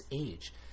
age